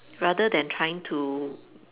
rather than trying to